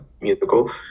musical